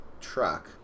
truck